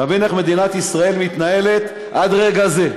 תבין איך מדינת ישראל מתנהלת עד רגע זה.